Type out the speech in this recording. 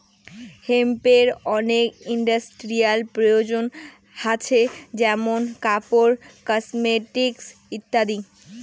হেম্পের অনেক ইন্ডাস্ট্রিয়াল প্রয়োজন হাছে যেমন কাপড়, কসমেটিকস ইত্যাদি